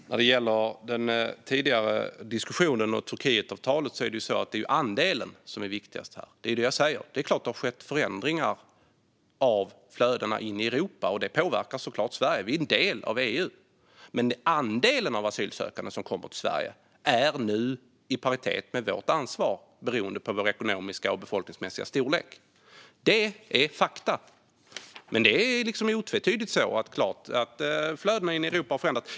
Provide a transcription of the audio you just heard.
Herr talman! När det gäller den tidigare diskussionen om Turkietavtalet är det andelen som är det viktigaste här. Det är ju det jag säger! Det är klart att det har skett förändringar av flödena in i Europa, och det påverkar förstås Sverige. Vi är en del av EU. Men andelen asylsökande som kommer till Sverige är nu i paritet med vårt ansvar beroende på vår ekonomiska och befolkningsmässiga storlek. Det är fakta. Men det är otvetydigt så att flödena in i Europa har förändrats.